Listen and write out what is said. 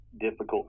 difficult